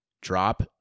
drop